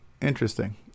Interesting